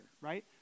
right